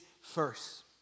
first